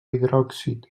hidròxid